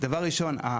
דבר ראשון,